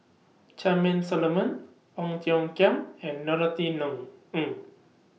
Charmaine Solomon Ong Tiong Khiam and Norothy Ng